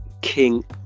King